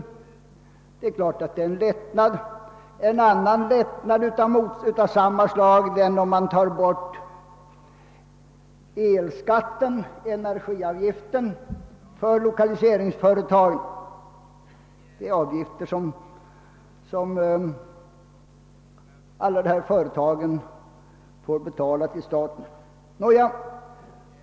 Självfallet vore det en lättnad. En annan lättnad av samma slag vore att slopa energiavgiften för lokaliseringsföretagen. Detta är avgifter som alla dessa företag får betala till staten.